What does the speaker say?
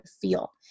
feel